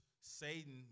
Satan